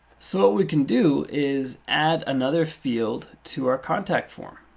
so what we can do is add another field to our contact form.